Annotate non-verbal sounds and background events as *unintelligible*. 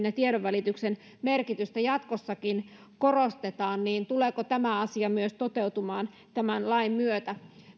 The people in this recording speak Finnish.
*unintelligible* ja tiedonvälityksen merkitystä jatkossakin korostetaan tuleeko tämä asia myös toteutumaan tämän lain myötä